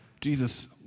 Jesus